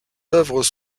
œuvres